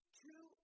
two